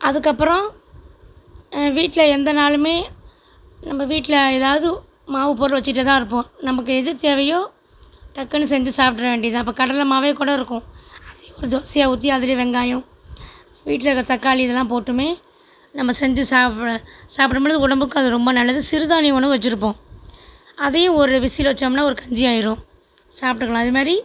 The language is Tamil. அதுக்கப்புறம் வீட்டில் எந்த நாளுமே நம்ப வீடடில் ஏதாவது மாவு பொருள் வச்சிட்டே தான் இருப்போம் நமக்கு எது தேவையோ டக்குனு செஞ்சு சாப்பிட்ற வேண்டியது தான் இப்ப கடலைமாவே கூட இருக்கும் அதையும் ஒரு தோசையாக ஊற்றி அதில் வெங்காயம் வீட்டில் இருக்கிற தக்காளி இதெல்லாம் போட்டுமே நம்ப செஞ்சு சாப்பிடும் போது உடம்புக்கு அது ரொம்ப நல்லது சிறுதானிய உணவு வச்சுருப்போம் அதையும் ஒரு விசில் வச்சோம்னால் ஒரு கஞ்சி ஆயிடும் சாப்பிட்டுக்கலாம் அது மாதிரி